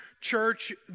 church